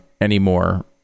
anymore